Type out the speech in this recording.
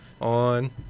on